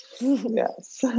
Yes